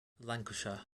lancashire